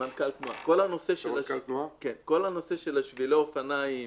הנושא של שבילי האופניים